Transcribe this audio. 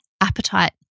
appetite